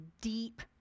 deep